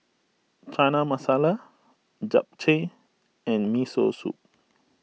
Chana Masala Japchae and Miso Soup